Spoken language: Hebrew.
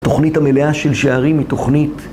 תוכנית המלאה של שערים היא תוכנית